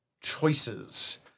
choices